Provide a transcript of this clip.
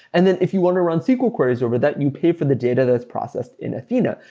and then if you want to run sql queries over that, you pay for the data that's processed in athena,